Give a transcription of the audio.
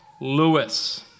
Lewis